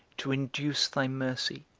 to induce thy mercy,